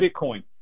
Bitcoin